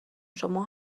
شما